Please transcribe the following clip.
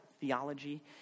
theology